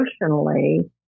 emotionally